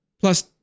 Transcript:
Plus